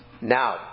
Now